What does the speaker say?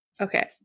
Okay